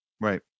Right